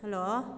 hello